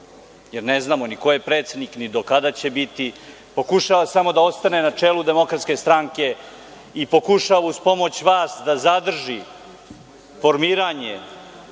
jer ne znamo ni ko je predsednik, ni do kada će biti, pokušava samo da ostane na čelu DS-a i pokušava uz pomoć vas da zadrži formiranje